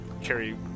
carry